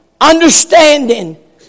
understanding